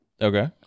Okay